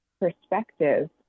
perspective